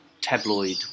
tabloid